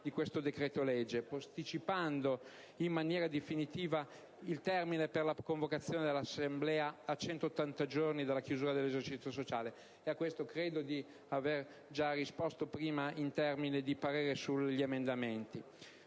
di questo decreto-legge, posticipando in maniera definitiva il termine per la convocazione dell'assemblea a 180 giorni dalla chiusura dell'esercizio sociale. A questo credo di aver già risposto prima in termini di parere sugli emendamenti.